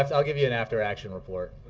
um i'll give you an after-action report.